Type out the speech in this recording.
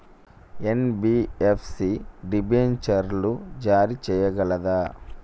NBFC డిబెంచర్లు జారీ చేయగలదా?